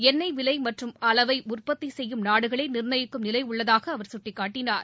எண்ணெய் விலை மற்றும் அளவை உற்பத்தி செய்யும் நாடுகளே நிர்ணயிக்கும் நிலை உள்ளதாக அவர் சுட்டிக்காட்டினார்